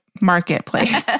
marketplace